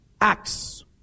Acts